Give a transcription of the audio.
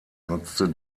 nutzte